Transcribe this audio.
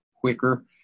quicker